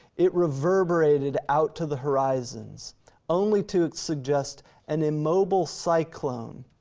it reverberated out to the horizons only to suggest an immobile cyclone.